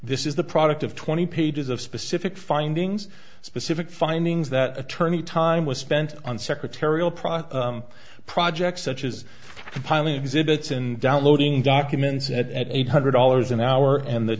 this is the product of twenty pages of specific findings specific findings that attorney time was spent on secretarial products projects such as compiling exhibits and downloading documents at at eight hundred dollars an hour and the